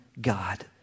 God